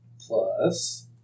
Plus